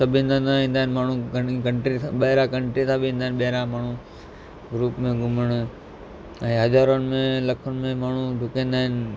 सभिनि हंधा ईंदा आहिनि माण्हू कं कंट्री ॿाहिरां कंट्री सां बि ईंदा आहिनि ॿाहिरां माण्हू ग्रुप में घुमणु ऐं हज़ारन में लखनि में माण्हू डुकंदा आहिनि